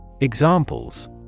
Examples